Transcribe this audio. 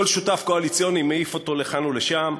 כל שותף קואליציוני מעיף אותו לכאן ולשם.